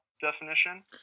definition